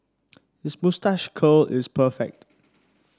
his moustache curl is perfect